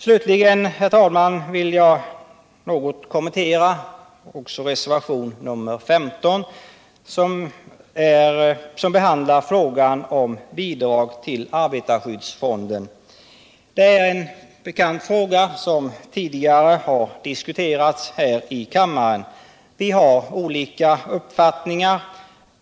Slutligen, herr talman, vill jag något kommentera också reservationen 15, som behandlar frågan om bidrag till arbetarskyddsfonden. Det är en bekant fråga som tidigare har diskuterats här i kammaren. Vi har olika uppfattningar.